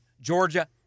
Georgia